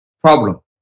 problem